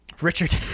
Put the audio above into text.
Richard